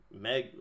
Meg